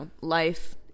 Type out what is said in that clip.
life